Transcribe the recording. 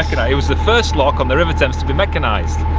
it was the first lock on the river thames to be mechanised.